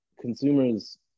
consumers